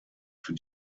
für